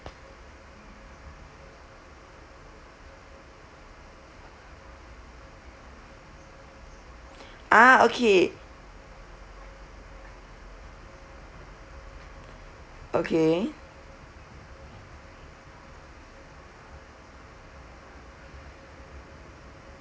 uh okay okay